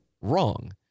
wrong